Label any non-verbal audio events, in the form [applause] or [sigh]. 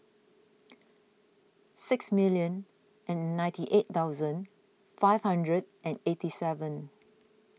[noise] six million and ninety eight thousand five hundred and eighty seven